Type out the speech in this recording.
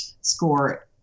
score